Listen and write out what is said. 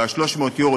ב-300 יורו,